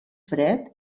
fred